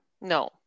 no